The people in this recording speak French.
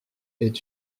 est